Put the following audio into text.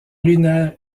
lunaire